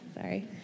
sorry